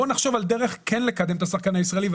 בוא נחשוב על דרך כן לקדם את השחקן הישראלי,